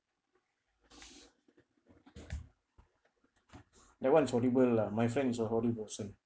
that one is horrible lah my friend is a horrid person